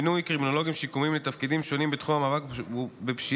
מינוי קרימינולוגים שיקומיים לתפקידים שונים בתחום המאבק בפשיעה,